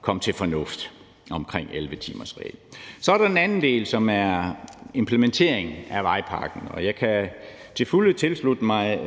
komme til fornuft omkring 11-kilosreglen. Så er der den anden ting, som er implementeringen af vejpakken. Jeg kan til fulde tilslutte mig